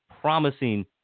promising